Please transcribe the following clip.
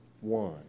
one